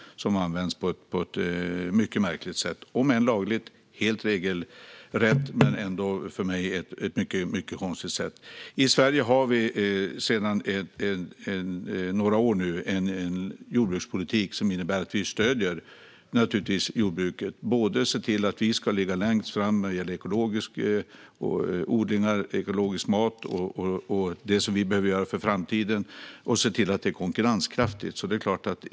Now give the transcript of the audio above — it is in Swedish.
Dessa bidrag används på ett mycket märkligt sätt, om än lagligt. Det är helt regelrätt, men det är för mig ändå ett mycket konstigt sätt. I Sverige har vi sedan några år en jordbrukspolitik som innebär att vi - naturligtvis - stöder jordbruket. Det handlar om att se till att vi ska ligga längst fram när det gäller ekologisk odling, ekologisk mat och det som vi behöver göra för framtiden. Det handlar också om att se till att det är konkurrenskraftigt.